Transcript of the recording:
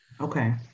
okay